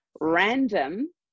random